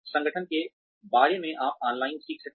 संगठन के बारे में आप ऑनलाइन सीख सकते हैं